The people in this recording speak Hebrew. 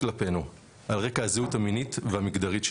כלפינו על רקע הזהות המינית והמגדרית שלנו.